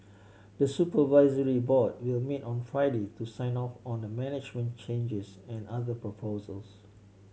the supervisory board will meet on Friday to sign off on the management changes and other proposals